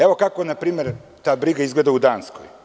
Evo kako, na primer, ta briga izgleda u Danskoj.